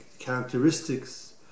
characteristics